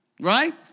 right